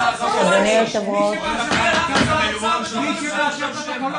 מאשר את התקנות זה הכנסת.